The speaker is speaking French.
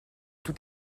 tout